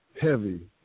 heavy